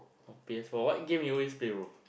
P_S-four what game you always play brother